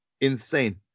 insane